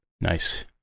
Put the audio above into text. Nice